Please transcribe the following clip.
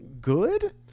good